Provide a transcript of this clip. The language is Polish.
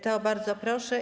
To bardzo proszę.